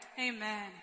Amen